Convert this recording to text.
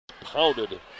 Pounded